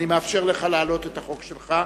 אני מאפשר לך להעלות את החוק שלך,